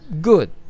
good